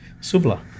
subla